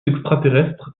extraterrestres